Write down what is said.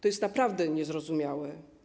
To jest naprawdę niezrozumiałe.